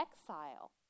exile